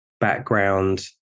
background